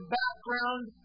background